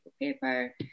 paper